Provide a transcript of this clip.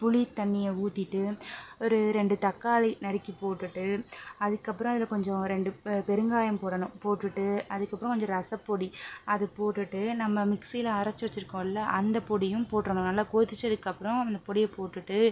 புளி தண்ணியை ஊற்றிட்டு ஒரு ரெண்டு தக்காளி நறுக்கி போட்டுவிட்டு அதுக்குப்புறம் அதில் கொஞ்சம் ரெண்டு பெருங்காயம் போடணும் போட்டுவிட்டு அதுக்கப்புறம் கொஞ்சம் ரசப் பொடி அது போட்டுவிட்டு நம்ம மிக்சியில் அரைச்சு வச்சுருக்கோல்ல அந்த பொடியும் போட்டுடணும் நல்லா கொதிச்சதுக்கப்புறம் அந்த பொடியை போட்டுவிட்டு